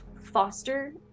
Foster